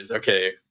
Okay